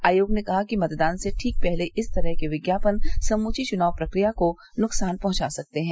आयोग ने कहा कि मतदान से ठीक पहले इस तरह के विज्ञापन समूची चुनाव प्रक्रिया को नुकसान पहुंचा सकते हैं